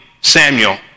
Samuel